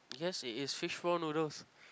yes it is fishball noodles